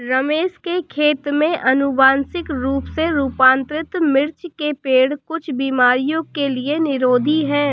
रमेश के खेत में अनुवांशिक रूप से रूपांतरित मिर्च के पेड़ कुछ बीमारियों के लिए निरोधी हैं